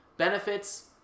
benefits